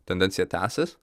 tendencija tęsis